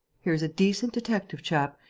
here's a decent detective-chap,